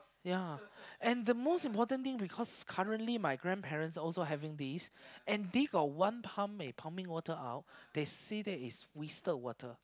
ya and the most important thing because currently my grand parents also having this and they got one pump pumping out they say is wasted water